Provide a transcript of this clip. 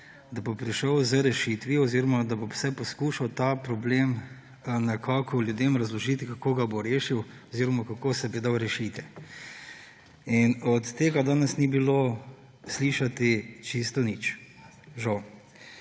da bo prišel z rešitvijo oziroma da bo vsaj poskušal ta problem nekako ljudem razložiti, kako ga bo rešil oziroma kako se bi dal rešiti. Od tega danes ni bilo slišati čisto nič, žal.